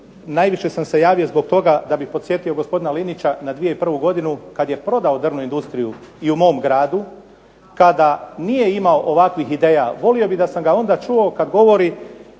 najviše sam se javio zbog toga da bih podsjetio gospodina Linića na 2001. godinu kada je prodao drvnu industriju i u mom gradu, kada nije imao ovakvih ideja. Volio bih da sam ga onda čuo kada govori